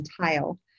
tile